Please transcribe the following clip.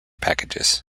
packages